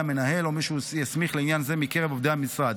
המנהל או מי שהוא יסמיך לעניין זה מקרב עובדי המשרד.